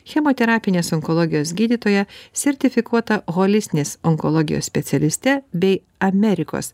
chemoterapinės onkologijos gydytoja sertifikuota holistinės onkologijos specialiste bei amerikos